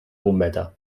bombeta